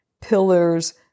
pillars